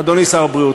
אדוני שר הבריאות,